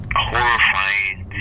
horrifying